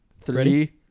Three